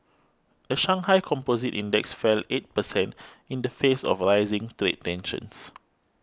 the Shanghai Composite Index fell eight percent in the face of rising trade tensions